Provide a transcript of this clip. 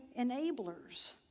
enablers